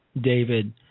David